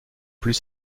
plus